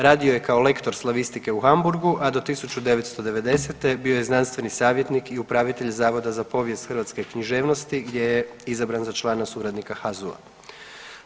Radio je kao lektor slavistike u Hamburgu, a do 1990. bio je znanstveni savjetnik i upravitelj Zavoda za povijest hrvatske književnosti gdje je izabran za člana suradnika HAZU-a.